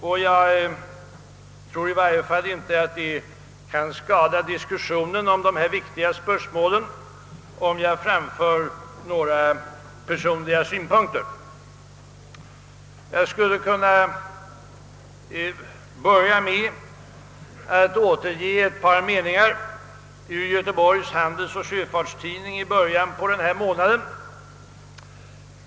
Och jag tror inte att det kan skada diskussionen om dessa viktiga spörsmål, om jag här framför några personliga synpunkter. Jag vill då inledningsvis återge några meningar ur Göteborgs Handelsoch Sjöfartstidning i början av denna månad.